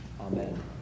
Amen